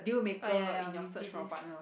oh ya ya we did this